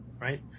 right